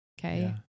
okay